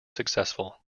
successful